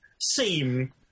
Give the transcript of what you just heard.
seem